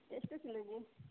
ಎಷ್ಟು ಕಿಲೊಗೆ